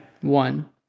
one